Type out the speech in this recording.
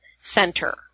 Center